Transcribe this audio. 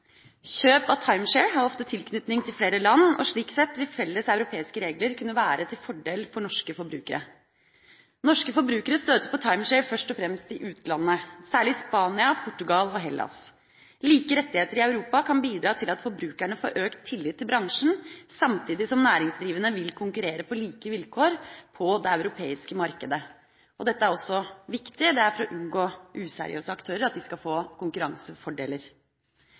Kjøp av timeshare har ofte tilknytning til flere land, og slik sett vil felles europeiske regler kunne være til fordel for norske forbrukere. Norske forbrukere støter på timeshare først og fremst i utlandet, særlig i Spania, Portugal og Hellas. Like rettigheter i Europa kan bidra til at forbrukerne får økt tillit til bransjen, samtidig som næringsdrivende vil konkurrere på like vilkår på det europeiske markedet. Dette er også viktig. Det er for å unngå at useriøse aktører skal få konkurransefordeler.